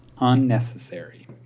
Unnecessary